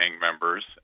members